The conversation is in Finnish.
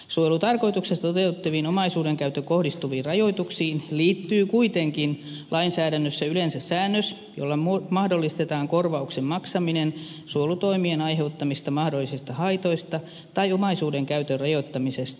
suojelutarkoituksessa toteutettaviin omaisuuden käyttöön kohdistuviin rajoituksiin liittyy kuitenkin lainsäädännössä yleensä säännös jolla mahdollistetaan korvauksen maksaminen suojelutoimien aiheuttamista mahdollisista haitoista tai omaisuuden käytön rajoittamisesta